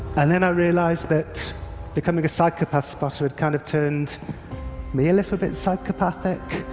and then i realized that becoming a psychopath spotter had kind of turned me a little bit psychopathic.